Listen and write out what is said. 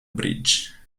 bridge